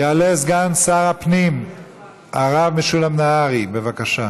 יעלה סגן שר הפנים הרב משולם נהרי, בבקשה.